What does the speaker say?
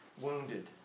wounded